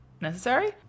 necessary